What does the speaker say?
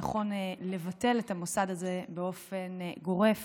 נכון לבטל את המוסד הזה באופן גורף